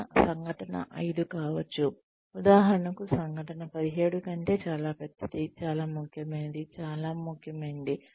లేదా సంఘటన ఐదు కావచ్చు ఉదాహరణకు సంఘటన 17 కంటే చాలా పెద్దది చాలా ముఖ్యమైనది చాలా ముఖ్యమైనది